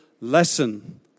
lesson